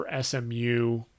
SMU